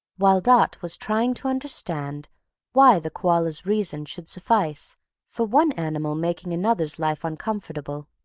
while dot was trying to understand why the koala's reason should suffice for one animal making another's life uncomfortable,